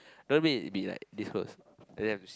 then it be like this close and then you have to see